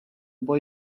boy